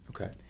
Okay